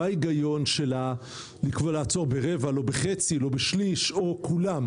מה ההיגיון של רבע ולא חצי ולא שליש או כולם?